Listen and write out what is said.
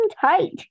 tight